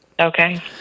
Okay